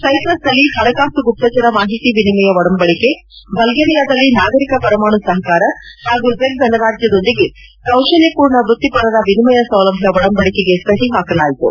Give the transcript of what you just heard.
ಸೈಪ್ರಸ್ನಲ್ಲಿ ಹಣಕಾಸು ಗುಪ್ತಚರ ಮಾಹಿತಿ ವಿನಿಮಯ ಒಡಂಬಡಿಕೆ ಬಲ್ಗೇರಿಯಾದಲ್ಲಿ ನಾಗರಿಕ ಪರಮಾಣು ಸಹಕಾರ ಹಾಗೂ ಜೆಕ್ ಗಣರಾಜ್ಯದೊಂದಿಗೆ ಕೌಶಲ್ದಪೂರ್ಣ ವೃತ್ತಿಪರರ ವಿನಿಮಯ ಸೌಲಭ್ಯ ಒಡಂಬಡಿಕೆಗೆ ಸಹಿ ಹಾಕಲಾಯಿತು